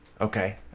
Okay